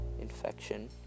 infection